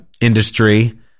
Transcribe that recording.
industry